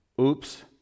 Oops